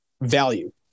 value